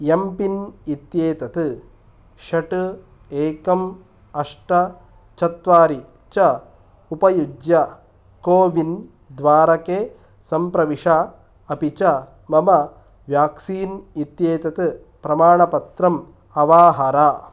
M PIN इत्येतत् षट् एकम् अष्ट चत्वारि च उपयज्य कोविन् द्वारके सम्प्रविश अपि च मम व्याक्सीन् इत्येतत् प्रमाणपत्रम् अवाहर